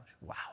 wow